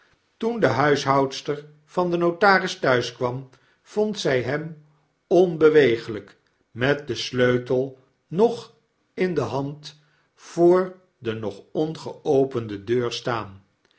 toen de huishoudster van den notaris thuis kwam vond zj hem onbeweeglijk met den sleutel nog in de hand voor de nog ongeopende deur staan